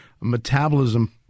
Metabolism